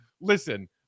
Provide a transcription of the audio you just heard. listen